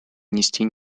внести